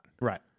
Right